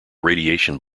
radiation